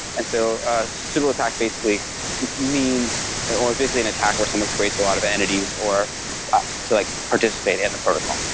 and so ah cbl attack basically means or it's basically an attack where someone creates a lot of entities to like participate in the protocol.